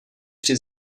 při